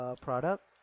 product